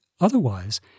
Otherwise